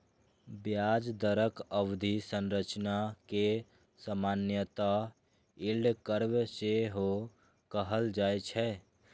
ब्याज दरक अवधि संरचना कें सामान्यतः यील्ड कर्व सेहो कहल जाए छै